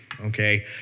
okay